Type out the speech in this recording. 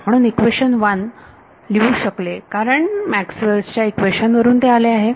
म्हणूनच इक्वेशन 1 लिहू शकले कारण ते मॅक्सवेल च्या इक्वेशन्सMaxwell's equation वरून आले आहे